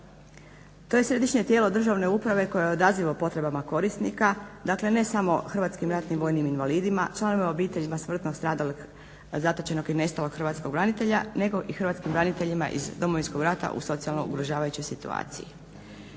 To je Središnje tijelo državne uprave koje odaziva potrebama korisnika, dakle ne samo hrvatskim ratnim vojnim invalidima, članovima obitelji smrtno stradalih, zatočenog i nestalog hrvatskog branitelja nego i hrvatskim braniteljima iz Domovinskog rata u socijalno ugrožavajućoj situaciji.